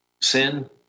Sin